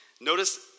Notice